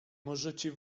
możecie